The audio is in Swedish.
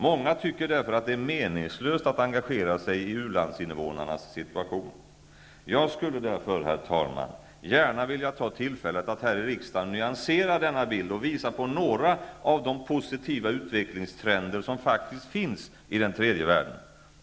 Många tycker därför att det är meningslöst att engagera sig i u-landsinvånarnas situation. Jag skulle därför, herr talman, gärna vilja ta tillfället att här i riksdagen nyansera denna bild och visa på några av de positiva utvecklingstrender som faktiskt finns i den tredje världen.